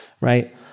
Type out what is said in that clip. Right